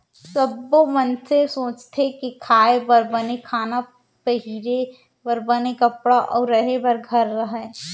सब्बो मनसे सोचथें के खाए बर बने खाना, पहिरे बर बने कपड़ा अउ रहें बर घर रहय